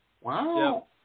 Wow